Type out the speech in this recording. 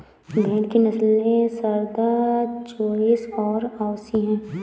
भेड़ की नस्लें सारदा, चोइस और अवासी हैं